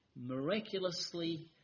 miraculously